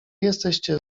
jesteście